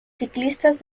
ciclistas